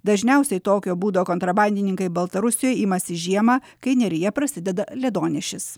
dažniausiai tokio būdo kontrabandininkai baltarusijoj imasi žiemą kai neryje prasideda ledonešis